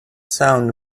sound